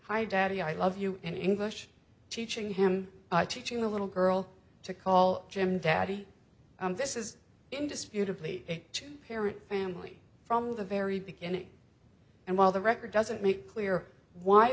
hi daddy i love you in english teaching him teaching the little girl to call him daddy this is indisputably a two parent family from the very beginning and while the record doesn't make clear why